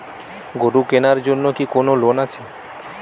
গরু কেনার জন্য কি কোন লোন আছে?